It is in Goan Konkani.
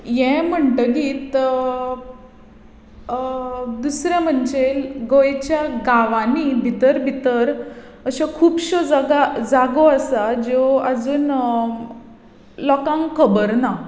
हें म्हणटकीत दुसरें म्हणजे गोंयच्या गांवांनी भितर भितर अश्यो खुबश्यो जगा जागो आसा ज्यो आजून लोकांक खबर ना